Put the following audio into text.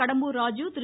Kadambur Raju Thiru